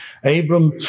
Abram